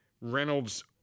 Reynolds